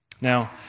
Now